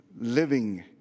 living